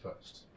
first